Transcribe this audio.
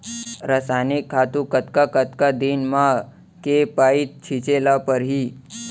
रसायनिक खातू कतका कतका दिन म, के पइत छिंचे ल परहि?